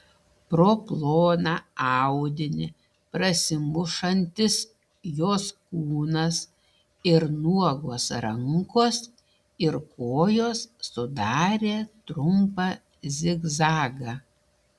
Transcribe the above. pro ploną audinį prasimušantis jos kūnas ir nuogos rankos ir kojos sudarė trumpą zigzagą